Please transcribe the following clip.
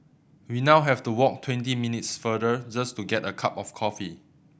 we now have to walk twenty minutes farther just to get a cup of coffee